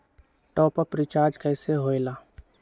Top up recharge कइसे होएला?